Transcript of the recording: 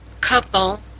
couple